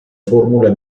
formule